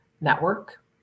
network